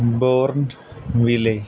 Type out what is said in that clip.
Bournville